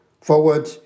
forward